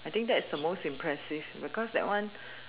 I think that's the most impressive because that one